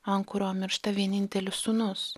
ant kurio miršta vienintelis sūnus